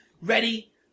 Ready